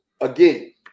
again